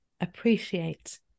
appreciate